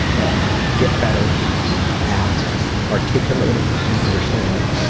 ah get better at articulating and understanding